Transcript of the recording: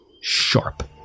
sharp